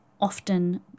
often